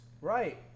Right